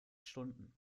stunden